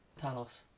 Talos